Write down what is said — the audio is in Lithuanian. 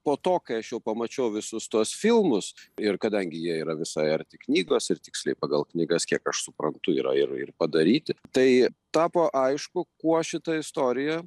po to kai aš jau pamačiau visus tuos filmus ir kadangi jie yra visai arti knygos ir tiksliai pagal knygas kiek aš suprantu yra ir ir padaryti tai tapo aišku kuo šita istorija